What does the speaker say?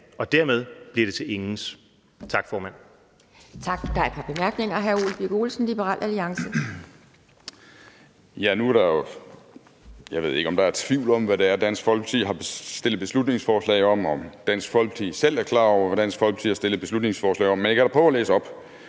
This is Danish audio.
og dermed bliver det til ingens.